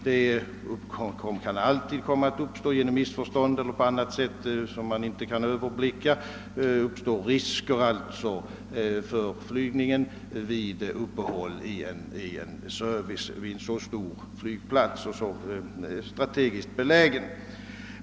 Risker kan alltid uppstå genom missförstånd eller av andra orsaker som man inte kan överblicka, när det är fråga om flygning med uppehåll på en flygplats som är så stor och så strategiskt belägen.